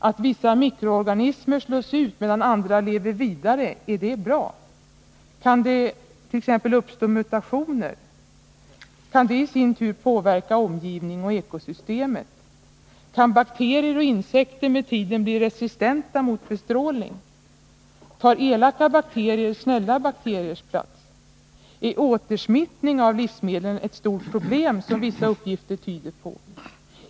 Att vissa mikroorganismer slås ut, medan andra lever vidare, är det bra? Kan dett.ex. uppstå mutationer? Kan de i sin tur påverka omgivningen och ekosystemet? Kan bakterier och insekter med tiden bli resistenta mot bestrålning? Tar ”elaka” bakterier ”snälla” bakteriers plats? Är återsmittning av livsmedlen ett stort problem, vilket vissa uppgifter tyder på?